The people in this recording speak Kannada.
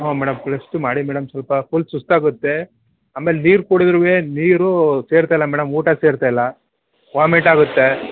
ಹಾಂ ಮೇಡಮ್ ರೆಸ್ಟು ಮಾಡೀನಿ ಮೇಡಮ್ ಸ್ವಲ್ಪ ಸುಸ್ತಾಗುತ್ತೆ ಆಮೇಲೆ ನೀರು ಕುಡ್ದ್ರುವೆ ನೀರೂ ಸೇರ್ತಾಯಿಲ್ಲ ಮೇಡಮ್ ಊಟ ಸೇರ್ತಾಯಿಲ್ಲ ವಾಮಿಟ್ ಆಗುತ್ತೆ